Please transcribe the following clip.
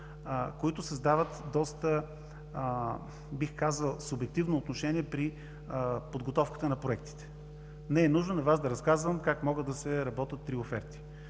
които създават доста, бих казал, субективно отношение при подготовката на проектите. Не е нужно на Вас да разказвам как могат да се работят три оферти.